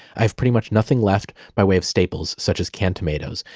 i have pretty much nothing left by way of staples, such as canned tomatoes,